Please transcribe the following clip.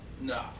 No